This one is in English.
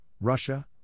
Russia